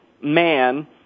man